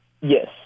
Yes